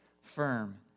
firm